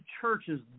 churches